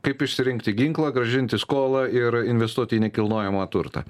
kaip išsirinkti ginklą grąžinti skolą ir investuoti į nekilnojamą turtą